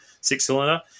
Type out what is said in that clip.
six-cylinder